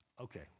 Okay